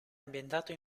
ambientato